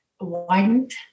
widened